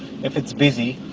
if it's busy,